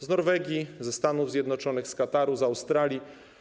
Z Norwegii, ze Stanów Zjednoczonych, z Kataru, z Australii.